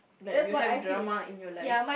like you have drama in your life